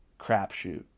Crapshoot